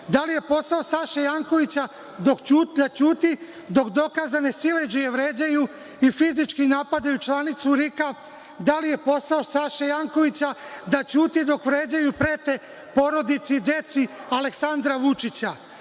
Da li je posao Saše Jankovića da ćuti dok dokazane siledžije vređaju i fizički napadaju članicu RIK? Da li je posao Saše Jankovića da ćuti dok vređaju i prete porodici i deci Aleksandra Vučića?